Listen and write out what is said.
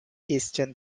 eastern